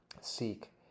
seek